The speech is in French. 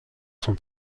son